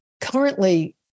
currently